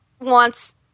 wants